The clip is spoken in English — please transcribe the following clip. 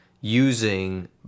using